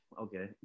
okay